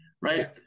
right